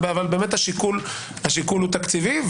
אבל השיקול הוא תקציבי,